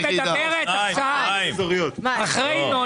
היא מדברת אחרי חבר